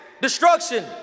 destruction